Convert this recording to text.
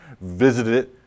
visited